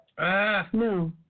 No